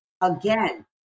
Again